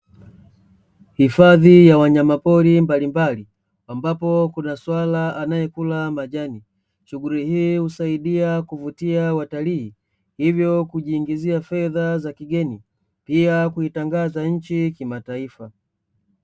Hifadhi ya wanyamapori mbalimbali, ambapo kuna swala anayekula majani, shughuli hii husaidia kuvutia watalii, hivyo kujiingizia fedha za kigeni, pia kuitangaza nchi kimataifa.